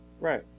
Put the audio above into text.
Right